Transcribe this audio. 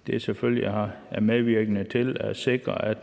at det selvfølgelig kan være medvirkende til at sikre, at